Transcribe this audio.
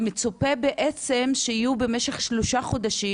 ומצופה בעצם שהם יהיו במשך שלושה חודשים,